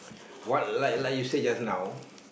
what like like you said just now